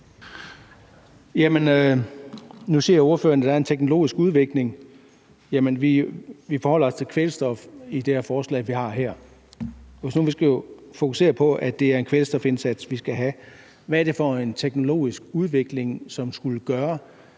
Nu siger ordføreren, at der er en teknologisk udvikling, men vi forholder os til kvælstof i det forslag, vi har her, og hvis nu vi skulle fokusere på, at det er en kvælstofindsats, vi skal have, hvad er det så for en teknologisk udvikling, som skulle gøre,